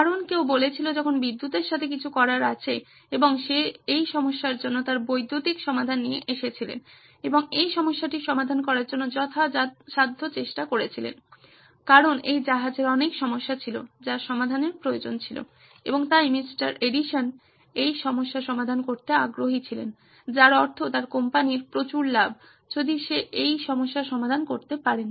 কারণ কেউ বলেছিল যখন বিদ্যুতের সাথে কিছু করার আছে এবং সে এই সমস্যার জন্য তার বৈদ্যুতিক সমাধান নিয়ে এসেছিলেন এবং এই সমস্যাটি সমাধান করার জন্য যথাসাধ্য চেষ্টা করেছিলেন কারণ এই জাহাজের অনেক সমস্যা ছিল যার সমাধানের প্রয়োজন ছিল এবং তাই মিস্টার এডিসন এই সমস্যার সমাধান করতে আগ্রহী ছিলেন যার অর্থ তার কোম্পানির প্রচুর লাভ যদি সে এই সমস্যার সমাধান করতে পারে